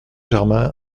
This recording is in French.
germain